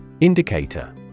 Indicator